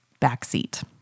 backseat